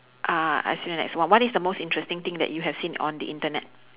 uh I say the next one what is the most interesting thing that you have seen on the internet